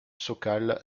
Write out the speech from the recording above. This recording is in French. sokal